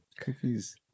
Cookies